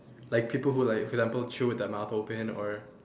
like people who like for example chew with their mouth open or